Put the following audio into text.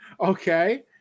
okay